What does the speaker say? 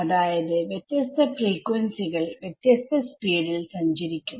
അതായത് വ്യത്യസ്ത ഫ്രീക്വൻസികൾവ്യത്യസ്ത സ്പീഡിൽ സഞ്ചരിക്കും